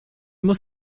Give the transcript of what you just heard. muss